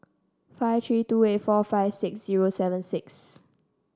five three two eight four five six zero seven six